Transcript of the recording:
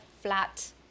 flat